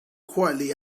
quietly